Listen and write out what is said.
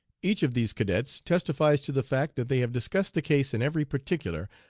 each of these cadets testifies to the fact that they have discussed the case in every particular,